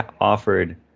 offered